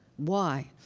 why?